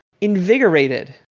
invigorated